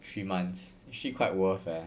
three months actually quite worth leh